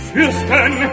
Fürsten